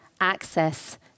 access